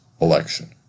election